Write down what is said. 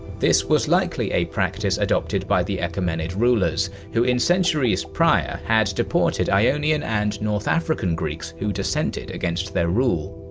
this was likely a practice adopted by the achaemenid rulers, who in centuries prior had deported ionian and north african greeks who dissented against their rule.